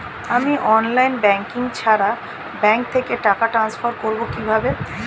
আমি online banking ছাড়া bank থেকে টাকা ট্রান্সফার করবো কিভাবে?